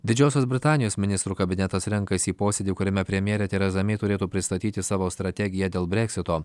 didžiosios britanijos ministrų kabinetas renkasi į posėdį kuriame premjerė tereza mei turėtų pristatyti savo strategiją dėl breksito